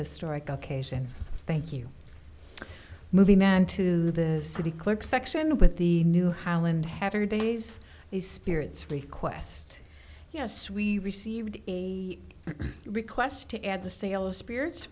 occasion thank you moving on to the city clerk section with the new highland hatter days these spirits request yes we received the request to add the sale of spirits